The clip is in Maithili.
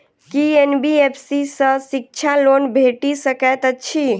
की एन.बी.एफ.सी सँ शिक्षा लोन भेटि सकैत अछि?